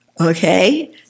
Okay